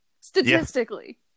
statistically